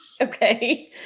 Okay